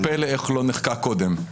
פלא איך לא נחקק קודם.